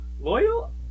Loyal